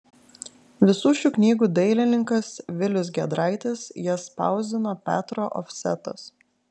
visų šių knygų dailininkas vilius giedraitis jas spausdino petro ofsetas